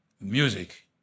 Music